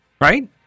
Right